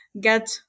get